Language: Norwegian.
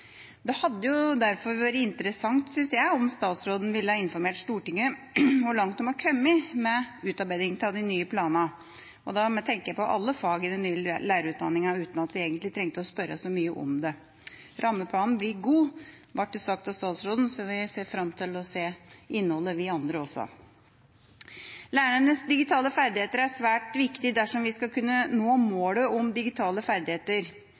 Det hadde derfor vært interessant, syns jeg, om statsråden ville informert Stortinget om hvor langt man er kommet med utarbeiding av de nye planene, og da tenker jeg på alle fag i den nye lærerutdanninga, uten at vi egentlig trengte å spørre så mye om det. Rammeplanen blir god, ble det sagt av statsråden, så vi ser fram til å se innholdet, vi andre også. Lærernes digitale ferdigheter er svært viktige dersom vi skal kunne nå målet om